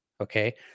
Okay